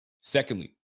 Secondly